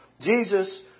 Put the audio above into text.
Jesus